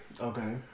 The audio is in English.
Okay